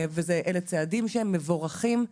ואלה צעדים שהם מבורכים.